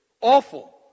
Awful